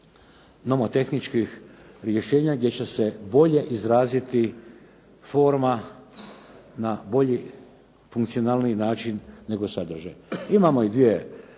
nomotehničkih rješenja gdje će se bolje izraziti forma na bolji, funkcionalniji način nego sadržaj.